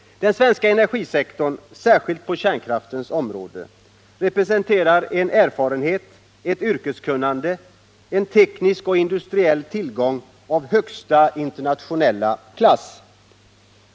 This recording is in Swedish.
Den svenska energisektorn, särskilt på kärnkraftens område, representerar en erfarenhet, ett yrkeskunnande och en teknisk och industriell tillgång av högsta internationella klass.